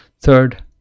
Third